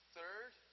Third